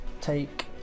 take